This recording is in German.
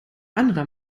anderer